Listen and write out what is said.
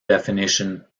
definition